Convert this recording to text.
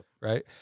Right